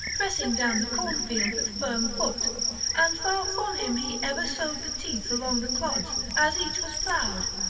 pressing down the cornfield with firm foot and far from him he ever sowed the teeth along the clods as each was ploughed,